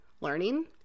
learning